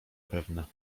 pewne